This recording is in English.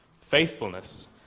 faithfulness